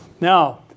Now